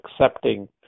accepting